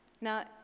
Now